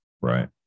Right